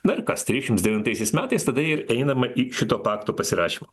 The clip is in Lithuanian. na ir kas trisdešimt devintaisiais metais tada ir einama į šito pakto pasirašymą